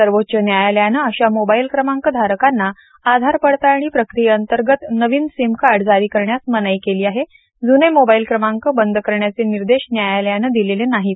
सर्वोच्च न्यायालयानं अशा मोबाईल क्रमांक धारकांना आधार पडताळणी प्रक्रियेअंतर्गत नवीन सिमकार्ड जारी करण्यास मनाई केली आहे जूने मोबाईल क्रमांक बंद करण्याचे निर्देश न्यायालयानं दिलेले नाहीत